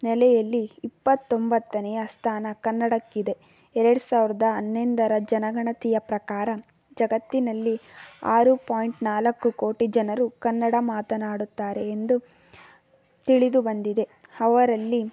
ನೆಲೆಯಲ್ಲಿ ಇಪ್ಪತ್ತೊಂಬತ್ತನೆಯ ಸ್ಥಾನ ಕನ್ನಡಕ್ಕಿದೆ ಎರಡು ಸಾವಿರ್ದ ಹನ್ನೊಂದರ ಜನಗಣತಿಯ ಪ್ರಕಾರ ಜಗತ್ತಿನಲ್ಲಿ ಆರು ಪಾಯಿಂಟ್ ನಾಲ್ಕು ಕೋಟಿ ಜನರು ಕನ್ನಡ ಮಾತನಾಡುತ್ತಾರೆ ಎಂದು ತಿಳಿದು ಬಂದಿದೆ ಅವರಲ್ಲಿ